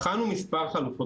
בחנו מספר חלופות,